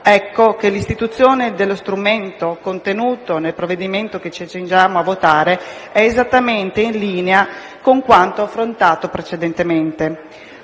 fuochi. L'istituzione dello strumento contenuto nel provvedimento che ci accingiamo a votare è dunque esattamente in linea con quanto affrontato precedentemente.